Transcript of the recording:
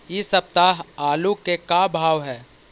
इ सप्ताह आलू के का भाव है?